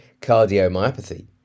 cardiomyopathy